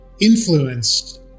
influenced